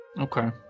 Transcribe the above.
Okay